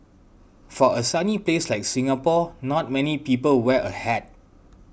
for a sunny place like Singapore not many people wear a hat